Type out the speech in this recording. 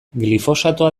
glifosatoa